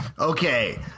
Okay